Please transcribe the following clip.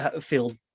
feel